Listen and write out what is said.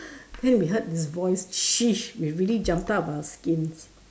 then we heard this voice sheesh we really jumped out of our skins